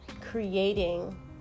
creating